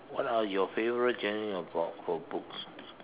what are your favorite genre about for books